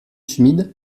schmid